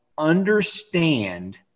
understand